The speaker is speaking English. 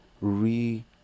re